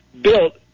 built